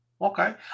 okay